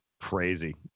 Crazy